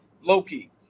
Loki